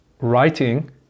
writing